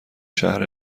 شهر